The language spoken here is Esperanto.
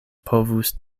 povus